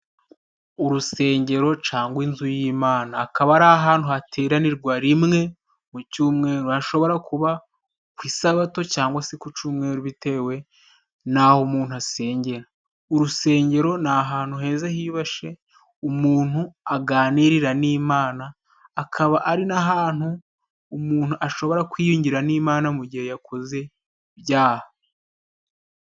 Urusengero cangwa inzu y'Imana, akaba ari ahantu hateranirwa rimwe mu cumweru, hashobora kuba ku isabato cangwa se ku cumweru bitewe naho umuntu asengera. Urusengero ni ahantu heza hiyubashe umuntu aganirira n'Imana akaba ari n'ahantu umuntu ashobora kwiyungira n'Imana mu gihe yakoze ibyaha.